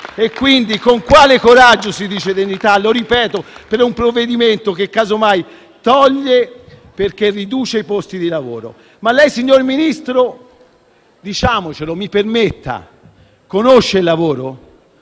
PD)*. Con quale coraggio si parla di dignità, lo ripeto, per un provvedimento che casomai toglie, perché riduce i posti di lavoro? Ma lei, signor Ministro, mi permetta, conosce il lavoro?